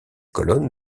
colonnes